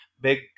big